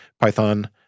Python